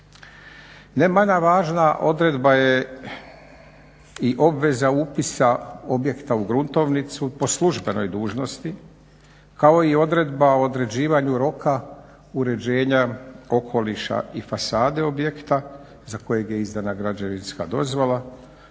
Ne manje važna odredba je i obveza upisa objekta u gruntovnicu po službenoj dužnosti kao i odredba o određivanju roka uređenja okoliša i fasade objekta za kojeg je izdana građevinska dozvola.